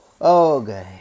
Okay